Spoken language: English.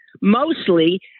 mostly